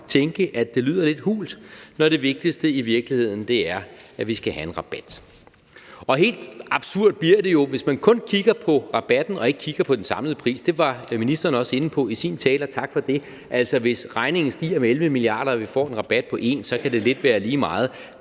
tænke, at det lyder lidt hult, når det vigtigste i virkeligheden er, at vi skal have en rabat. Og helt absurd bliver det jo, hvis man kun kigger på rabatten og ikke kigger på den samlede pris. Det var ministeren også inde på i sin tale, og tak for det. Altså, hvis regningen stiger med 11 mia. kr. og vi får en rabat på 1 mia. kr., kan det lidt være lige meget.